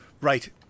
Right